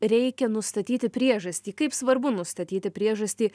reikia nustatyti priežastį kaip svarbu nustatyti priežastį